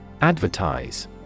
Advertise